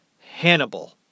Hannibal